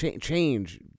change